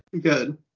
good